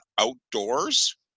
outdoors